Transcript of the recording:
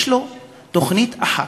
יש לו תוכנית אחת,